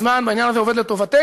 הזמן בעניין הזה עובד לטובתנו.